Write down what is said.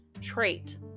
trait